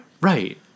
Right